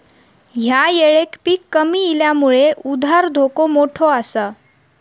ह्या येळेक पीक कमी इल्यामुळे उधार धोका मोठो आसा